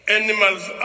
animals